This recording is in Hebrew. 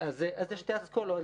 אז יש שתי אסכולות.